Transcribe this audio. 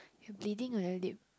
you bleeding on your lip